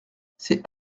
c’est